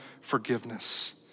forgiveness